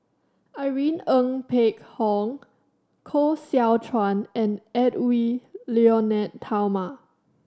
Irene Ng Phek Hoong Koh Seow Chuan and Edwy Lyonet Talma